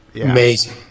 Amazing